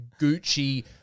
gucci